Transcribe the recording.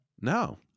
no